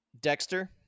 Dexter